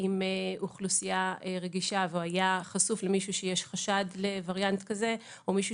עם אוכלוסייה רגישה והוא היה חשוף למישהו שיש חשד לווריאנט כזה או מישהו